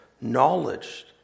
knowledge